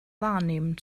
wahrnehmen